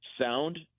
sound